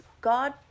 God